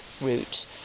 route